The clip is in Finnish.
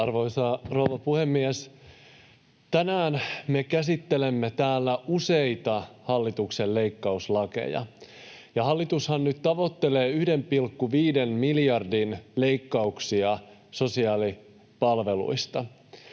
Arvoisa rouva puhemies! Tänään me käsittelemme täällä useita hallituksen leikkauslakeja, ja hallitushan nyt tavoittelee 1,5 miljardin leikkauksia sosiaalipalveluista.